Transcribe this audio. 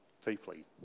deeply